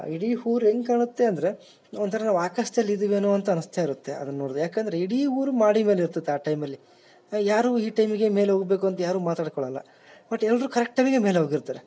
ಇಡೀ ಊರ್ ಹೆಂಗೆ ಕಾಣುತ್ತೆ ಅಂದರೆ ಒಂಥರ ಆಕಾಶ್ದಲ್ಲಿ ಇದ್ದೀವೇನೊ ಅಂತ ಅನಿಸ್ತಾ ಇರುತ್ತೆ ಅದನ್ನ ನೋಡಿದ್ರೆ ಯಾಕಂದರೆ ಇಡೀ ಊರು ಮಾಡಿ ಮೇಲೆ ಇರ್ತತೆ ಆ ಟೈಮಲ್ಲಿ ಯಾರು ಈ ಟೈಮ್ಗೆ ಮೇಲೆ ಹೋಗಬೇಕು ಅಂತ ಯಾರು ಮಾತಾಡ್ಕೊಳಲ್ಲ ಬಟ್ ಎಲ್ರೂ ಕರೆಕ್ಟ್ ಟೈಮ್ಗೆ ಮೇಲೆ ಹೋಗಿರ್ತಾರೆ